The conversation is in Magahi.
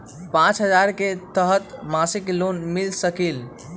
पाँच हजार के तहत मासिक लोन मिल सकील?